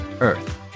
earth